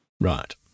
Right